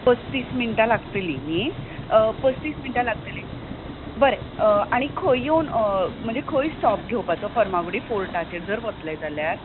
पस्तीस मिनटां लागतली न्ही पस्तीस मिनटां बरें आनी खंय येवन म्हणजे खंय स्टोप घेवपाचो फार्मागुडी फोर्टाचेर वतली जाल्यार